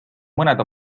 mõned